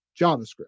JavaScript